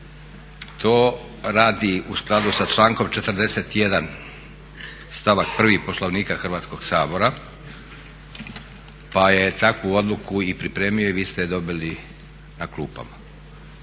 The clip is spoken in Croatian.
To radi u skladu sa člankom 41. stavak 1. Poslovnika Hrvatskoga sabora, pa je takvu odluku i pripremio i vi ste je dobili na klupama.